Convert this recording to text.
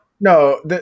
No